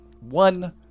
One